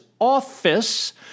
office